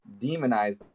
demonize